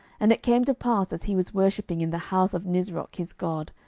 and it came to pass, as he was worshipping in the house of nisroch his god,